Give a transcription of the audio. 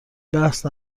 بحث